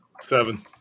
seven